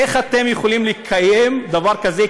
איך אתם יכולים לקיים דבר כזה,